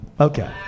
Okay